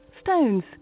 stones